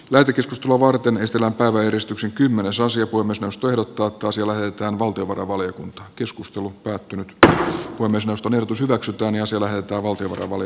lääkitys louvartinen sillä tavoin eristyksen kymmenesosien kunnostustyö puhemiesneuvosto ehdottaa että valtiovarainvaliokunta keskustelu kaikkine tö on myös houston ehdotus hyväksytään ja silmät avautuivat lavalle